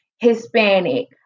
Hispanic